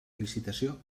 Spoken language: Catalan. licitació